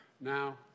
now